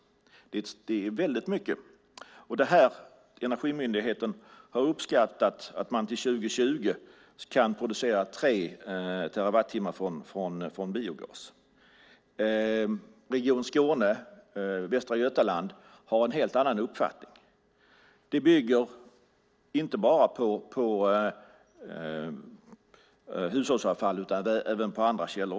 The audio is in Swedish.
Det är väldigt mycket. Energimyndigheten har uppskattat att man till 2020 kan producera tre terawattimmar från biogas. Region Skåne och Västra Götaland har en helt annan uppfattning. Det bygger inte bara på hushållsavfall utan även på andra källor.